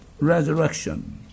resurrection